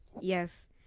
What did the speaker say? yes